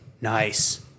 Nice